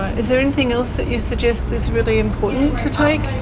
is there anything else that you suggest is really important to take